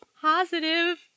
positive